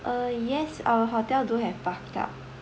uh yes our hotel do have bathtub